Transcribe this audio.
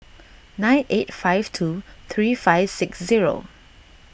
nine eight five two three five six zero